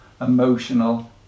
emotional